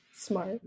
Smart